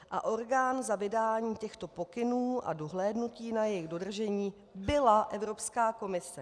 A orgán za vydání těchto pokynů a dohlédnutí na jejich dodržení byla Evropská komise.